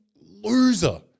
loser